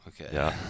okay